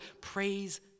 Praise